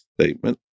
statement